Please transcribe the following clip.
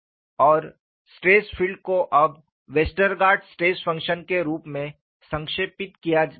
और stress field को अब वेस्टरगार्ड स्ट्रेस फंक्शन के रूप में संक्षेपित किया गया है